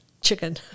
Chicken